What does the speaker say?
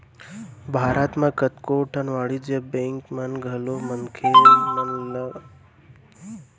भारत म कतको ठन वाणिज्य बेंक मन घलौ मनसे मन ल घर बनाए बर करजा देथे